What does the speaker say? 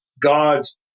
God's